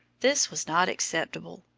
this was not acceptable.